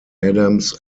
adams